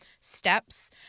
steps